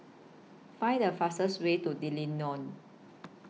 Find The fastest Way to D'Leedon